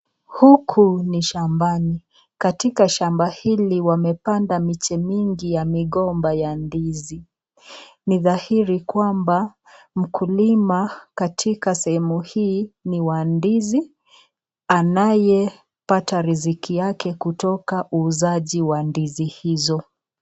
Huku ni shambani, katika shamba hili wamepanda mche ya migomba ya ndizi, ni dhahiri kwamba mkulima katika sehemu hii ni wa ndizi anayepata riziki yake kutoka uuzaji wa ndizi hizo.